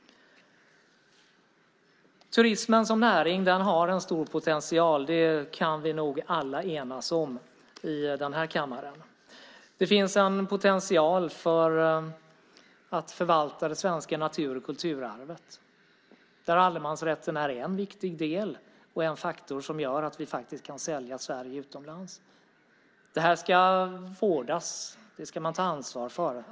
Turismen som näring har en stor potential. Det kan vi nog alla enas om i den här kammaren. Det finns en potential när det gäller att förvalta det svenska natur och kulturarvet, där allemansrätten är en viktig del och en faktor som gör att vi faktiskt kan sälja Sverige utomlands. Det ska vårdas. Det ska man ta ansvar för.